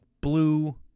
blue